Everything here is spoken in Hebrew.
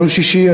ביום שישי,